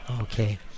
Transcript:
Okay